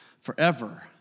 forever